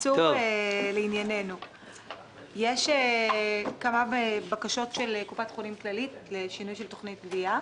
יש כמה בקשות של קופת חולים כללית לשינוי של תכנית גביה.